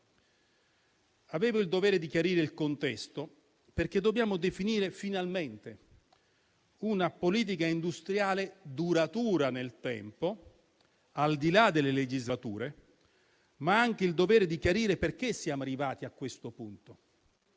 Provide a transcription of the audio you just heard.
Avevo il dovere di chiarire il contesto non solo perché dobbiamo definire finalmente una politica industriale duratura nel tempo, al di là delle legislature, ma anche perché dobbiamo dire per quale motivo siamo arrivati a questo punto